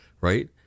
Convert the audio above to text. right